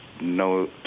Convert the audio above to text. no